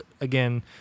again